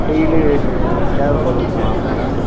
daily தேவைப்படுமா madam